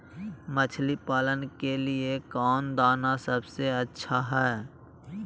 मछली पालन के लिए कौन दाना सबसे अच्छा है?